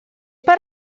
per